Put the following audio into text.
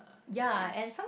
uh in the sense